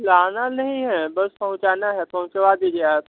लाना नहीं है बस पहुँचाना है पहुँचवा दीजिए आप